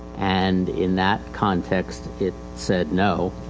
and in that context it said no.